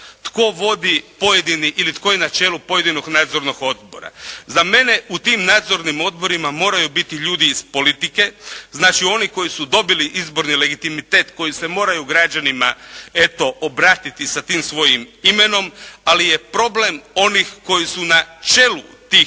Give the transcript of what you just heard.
tko vodi pojedini ili tko je na čelu pojedinog nadzornog odbora? Za mene u tim nadzornim odborima moraju biti ljudi iz politike. Znači oni koji su dobili izborni legitimitet, koji se moraju građanima eto obratiti sa tim svojim imenom ali je problem onih koji su na čelu tih